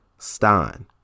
Stein